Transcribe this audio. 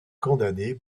condamné